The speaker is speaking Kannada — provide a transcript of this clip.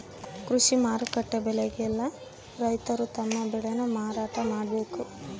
ಕೃಷಿ ಮಾರುಕಟ್ಟೆ ಬೆಲೆಗೆ ಯೆಲ್ಲ ರೈತರು ತಮ್ಮ ಬೆಳೆ ನ ಮಾರಾಟ ಮಾಡ್ಬೇಕು